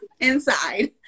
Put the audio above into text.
inside